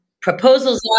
Proposals